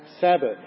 Sabbath